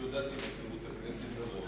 אני הודעתי למזכירות הכנסת מראש,